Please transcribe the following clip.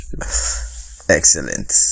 Excellent